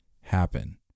happen